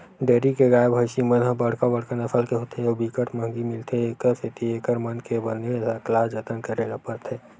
dairy के गाय, भइसी मन ह बड़का बड़का नसल के होथे अउ बिकट महंगी मिलथे, एखर सेती एकर मन के बने सकला जतन करे ल परथे